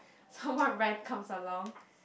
someone right comes along